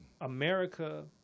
America